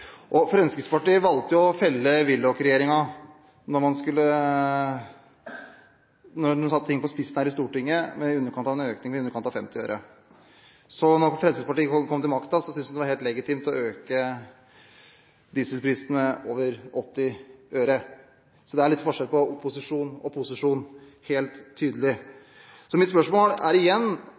Fremskrittspartiet valgte – da en satte ting på spissen her i Stortinget – å felle Willoch-regjeringen på en økning av bensinprisen på i underkant av 50 øre. Da Fremskrittspartiet kom til makten, syntes en det var helt legitimt å øke dieselprisene med over 80 øre. Det er litt forskjell på opposisjon og posisjon – helt tydelig. Mitt spørsmål